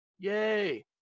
Yay